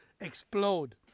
explode